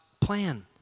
plan